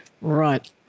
Right